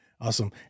Awesome